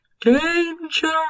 Danger